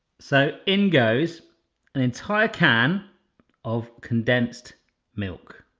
so in goes an entire can of condensed milk.